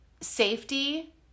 safety